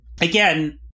again